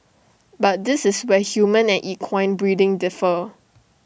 but this is where human and equine breeding differ